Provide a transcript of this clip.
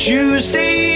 Tuesday